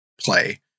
play